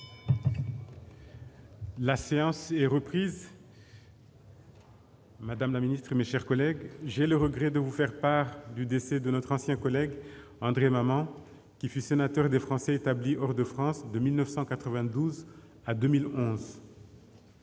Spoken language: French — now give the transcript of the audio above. La séance est reprise. Mes chers collègues, j'ai le regret de vous faire part du décès de notre ancien collègue André Maman, qui fut sénateur des Français établis hors de France de 1992 à 2001.